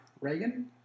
Reagan